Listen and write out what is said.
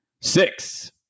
Six